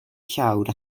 llawr